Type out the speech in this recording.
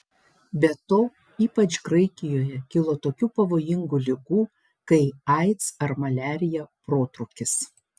be to ypač graikijoje kilo tokių pavojingų ligų kai aids ar maliarija protrūkis